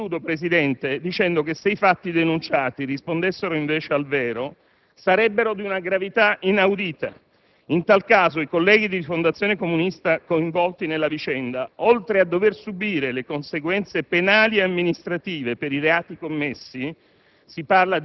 Concludo, signor Presidente, sottolineando che, se i fatti denunciati rispondessero invece al vero, sarebbero di una gravità inaudita. In tal caso, i colleghi di Rifondazione Comunista coinvolti nella vicenda, oltre a dover subire le conseguenze penali ed amministrative per i reati commessi